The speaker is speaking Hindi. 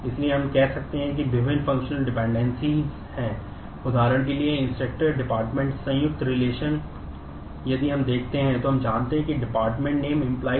इसलिए फंक्शनल डिपेंडेंसी यदि हम देखते हैं तो हम जानते हैं कि department name → building